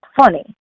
funny